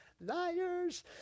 Liars